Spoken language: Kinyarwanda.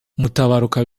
mutabaruka